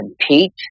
compete